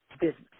business